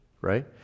Right